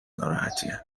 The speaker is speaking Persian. ناراحتیه